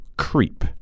Creep